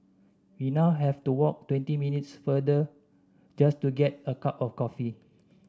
we now have to walk twenty minutes farther just to get a cup of coffee